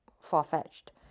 far-fetched